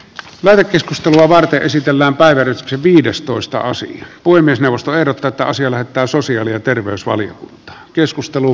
verokeskustelua varten esitellään päiväretki viidestoista asia kuin myös neuvostoehdokkaita on siellä tai sosiaali ja terveysvaliokuntaan